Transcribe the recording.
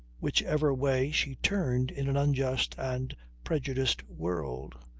whichever way she turned in an unjust and prejudiced world.